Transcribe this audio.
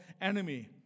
enemy